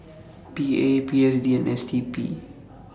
P A P S D and S D P